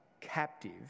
captive